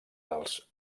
dels